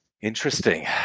Interesting